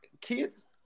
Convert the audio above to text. kids